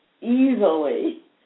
easily